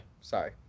sorry